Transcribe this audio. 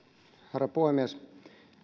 herra puhemies